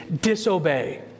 disobey